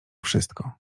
wszystko